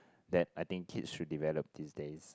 that I think kids should develop these days